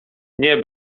nie